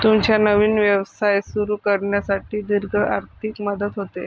तुमचा नवीन व्यवसाय सुरू करण्यासाठी दीर्घ आर्थिक मदत होते